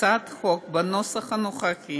הצעת החוק בנוסח הנוכחי